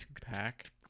pack